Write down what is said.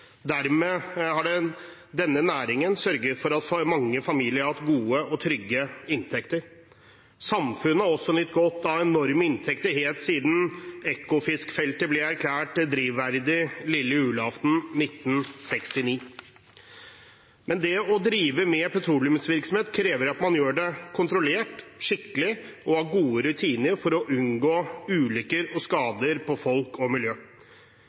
Dermed har denne næringen sørget for at mange familier har hatt gode og trygge inntekter. Samfunnet har også nytt godt av enorme inntekter helt siden Ekofiskfeltet ble erklært drivverdig lille julaften 1969. Men det å drive med petroleumsvirksomhet krever at man gjør det kontrollert, skikkelig og har gode rutiner for å unngå ulykker og skader på folk og miljø.